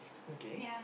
okay